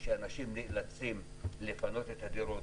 שאנשים נאלצים לפנות את הדירות,